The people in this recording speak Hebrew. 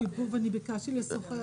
אני ביקשתי רשות דיבור ולא קיבלתי.